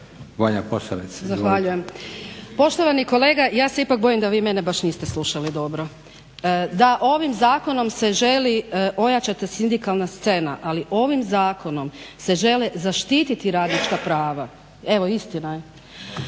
Zahvaljujem. Poštovani kolega ja se ipak bojim da vi mene baš niste slušali dobro. Da ovim zakonom se želi ojačati sindikalna scena ali ovim zakonom se žele zaštiti radnička prava. Upravo zato što